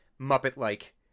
Muppet-like